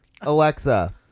Alexa